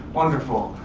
wonderful.